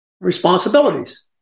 responsibilities